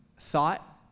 thought